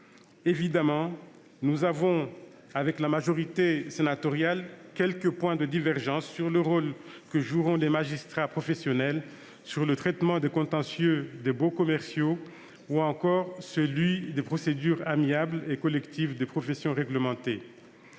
évidemment, nous avons avec la majorité sénatoriale quelques points de divergence sur le rôle que joueront les magistrats professionnels, sur le traitement du contentieux des baux commerciaux ou encore sur celui des procédures amiables et collectives des professions réglementées.